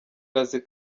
kazi